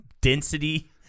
density